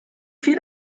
viel